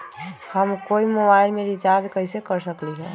हम कोई मोबाईल में रिचार्ज कईसे कर सकली ह?